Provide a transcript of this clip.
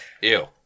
Ew